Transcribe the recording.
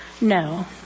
No